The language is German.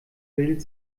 bildet